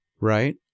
right